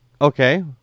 Okay